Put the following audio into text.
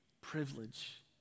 Privilege